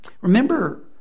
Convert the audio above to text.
Remember